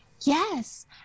Yes